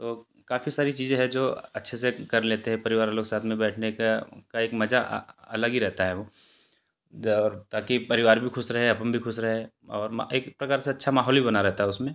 तो काफ़ी सारी चीज़ें हैं जो अच्छे से कर लेते हैं परिवार वालों के साथ में बैठने का का एक मज़ा अलग ही रहता है वो और ताकि परिवार भी खुश रहे अपन भी खुश रहे और एक प्रकार से अच्छा माहौल वी बना रहता है उसमें